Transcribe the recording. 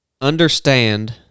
understand